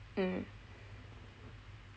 mm